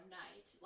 night